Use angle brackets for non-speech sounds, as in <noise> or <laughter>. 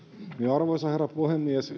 arvoisa herra puhemies <unintelligible>